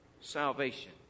salvation